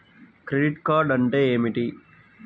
Credit card అంటే ఏమిటి?